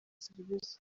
serivisi